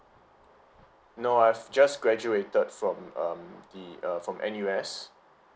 no I've just graduated from um the uh from N_U_S